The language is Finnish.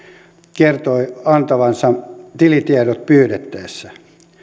kertoivat antavansa tilitiedot pyydettäessä